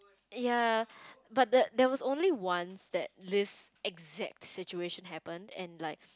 ya but the there was only once that this exact situation happened and like